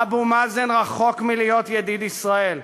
אבו מאזן רחוק מלהיות ידיד ישראל.